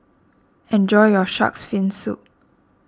enjoy your Shark's Fin Soup